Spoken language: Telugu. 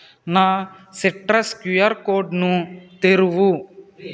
నా సిట్రస్ క్యూఆర్ కోడ్ను తెరువు